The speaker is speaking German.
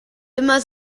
immer